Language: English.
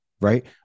right